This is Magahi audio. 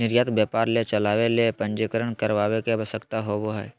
निर्यात व्यापार के चलावय ले पंजीकरण करावय के आवश्यकता होबो हइ